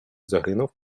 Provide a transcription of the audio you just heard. загинув